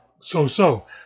so-so